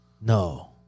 No